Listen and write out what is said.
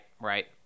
right